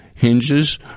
Hinges